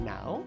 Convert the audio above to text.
Now